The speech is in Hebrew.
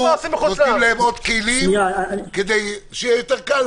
אנחנו נותנים להם עוד כלים כדי שיהיה יותר קל,